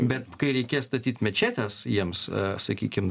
bet kai reikės statyt mečetes jiems sakykim